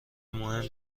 مهم